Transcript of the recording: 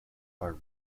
are